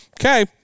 Okay